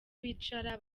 bicara